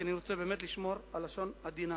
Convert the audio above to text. ואני מאוד רוצה לשמור על לשון עדינה.